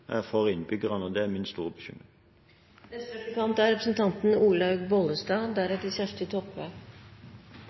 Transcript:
for innbyggerne – det er min store bekymring.